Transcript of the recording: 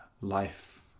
life